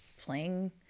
playing